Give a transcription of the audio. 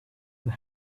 and